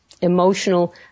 emotional